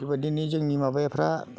बेबायदिनो जोंनि माबाफ्रा